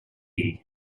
ell